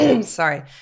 Sorry